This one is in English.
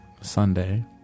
Sunday